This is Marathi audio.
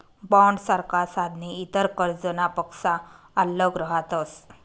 बॉण्डसारखा साधने इतर कर्जनापक्सा आल्लग रहातस